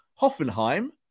Hoffenheim